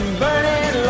burning